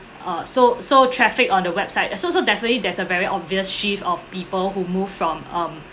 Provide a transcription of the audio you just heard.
uh so so traffic on the website so so definitely there's a very obvious shift of people who move from um